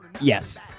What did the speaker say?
Yes